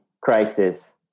crisis